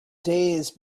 days